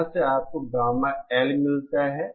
यहां से आपको गामा L मिलता है